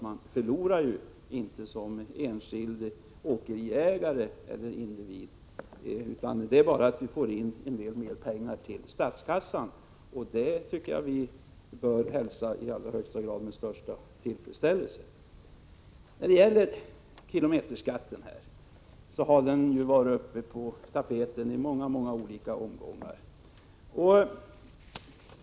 Man förlorar ju inte de pengarna som enskild åkeriägare eller individ, utan vi får mer pengar till statskassan. Det tycker jag att vi i allra högsta grad bör hälsa med den största tillfredsställelse. Kilometerskatten har varit på tapeten i många, många olika omgångar.